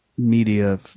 Media